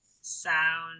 sound